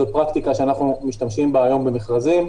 זו פרקטיקה שאנחנו משתמשים בה היום במכרזים,